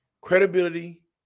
credibility